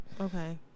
okay